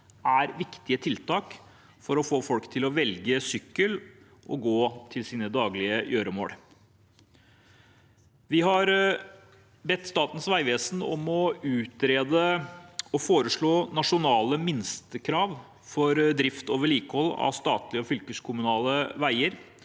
er viktige tiltak for å få folk til å velge å sykle og gå til sine daglige gjøremål. Vi har bedt Statens vegvesen om å utrede og foreslå nasjonale minstekrav for drift og vedlikehold av statlige og fylkeskommunale veier.